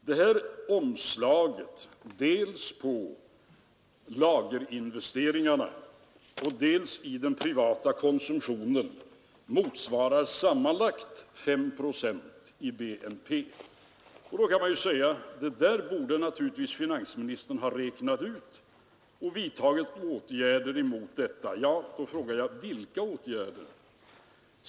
Detta omslag dels i lagerinvesteringarna, dels i den privata konsumtionen motsvarar sammanlagt 5 procent av BNP. Man kan naturligtvis säga att det där borde finansministern ha räknat ut och vidtagit åtgärder emot. Då frågar jag: Vilka åtgärder?